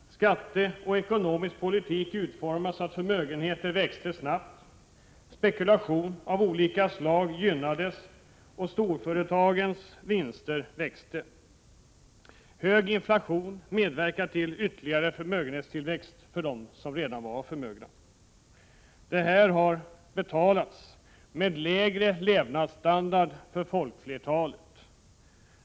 Skattepolitik och ekonomisk politik utformades så att förmögenheter växte snabbt. Spekulation av olika slag gynnades, och storföretagens vinster växte. Hög inflation medverkade till ytterligare förmögenhetstillväxt för dem som redan var förmögna. Detta har betalats med lägre levnadsstandard för folkflertalet.